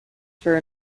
for